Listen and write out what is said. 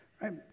Right